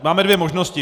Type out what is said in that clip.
Máme dvě možnosti.